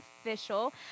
official